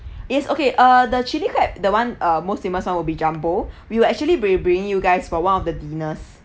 it's okay ah the chilli crab the one ah most famous one will be jumbo we will actually be bringing you guys for one of the dinners